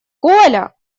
коля